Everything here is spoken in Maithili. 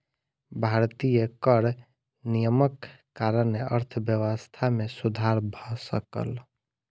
भारतीय कर नियमक कारणेँ अर्थव्यवस्था मे सुधर भ सकल